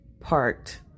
parked